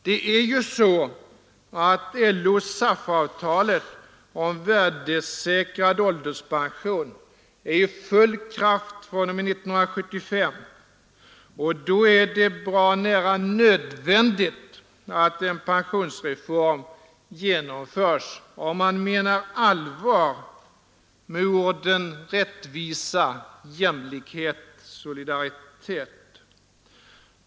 Det är ju så att LO-SAF-avtalet om värdesäkrad ålderspension är i full kraft fr.o.m. 1975, och då är det bra nära nödvändigt att en pensionsreform genomförs, om man menar allvar med orden rättvisa, jämlikhet, solidaritet.